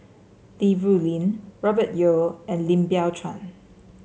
Li Rulin Robert Yeo and Lim Biow Chuan